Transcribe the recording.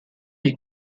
les